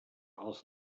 aus